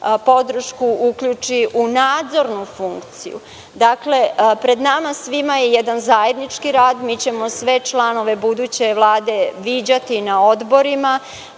podršku uključi u nadzornu funkciju. Pred nama je jedan zajednički rad i mi ćemo sve članove buduće Vlade viđati na odborima,